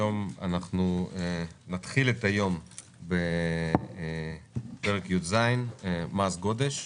היום נתחיל בפרק י"ז: מס גודש,